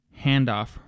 handoff